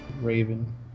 raven